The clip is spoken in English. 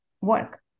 work